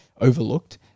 overlooked